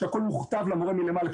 כשהכול מוכתב למורה מלמעלה,